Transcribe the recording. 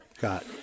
got